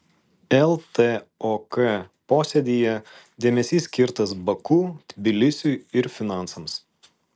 ltok posėdyje dėmesys skirtas baku tbilisiui ir finansams